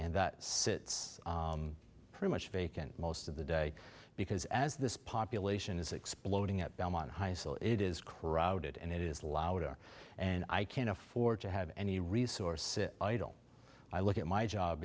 and that sits pretty much vacant most of the day because as this population is exploding at belmont high school it is carotid and it is louder and i can't afford to have any resource sit idle i look at my job